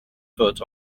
foot